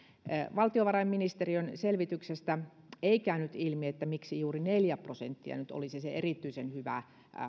valtiovarainministeriön selvityksestä ei käynyt ilmi miksi juuri neljä prosenttia nyt olisi se erityisen hyvä